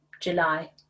July